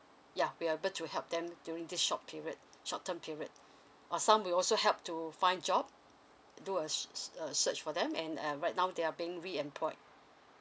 yeah we are able to help them during this short period short term period or some we also help to find job do a s~ a search for them and and right now they are being reemployed